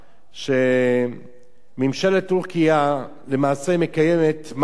שממשלת טורקיה למעשה מקיימת מעקב